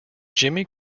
jimmy